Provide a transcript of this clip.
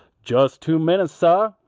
just two minutes, sah,